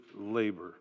labor